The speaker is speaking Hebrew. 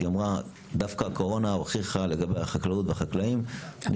היא אמרה דווקא הקורונה הוכיחה לגבי החקלאות והחקלאים.